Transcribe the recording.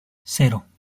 cero